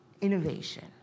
innovation